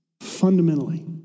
fundamentally